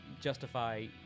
justify